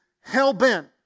hell-bent